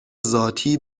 ذاتی